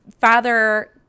Father